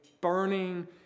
burning